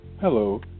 Hello